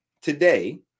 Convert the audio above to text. today